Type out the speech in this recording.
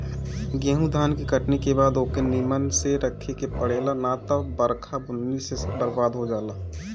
गेंहू धान के कटनी के बाद ओके निमन से रखे के पड़ेला ना त बरखा बुन्नी से सब बरबाद हो जाला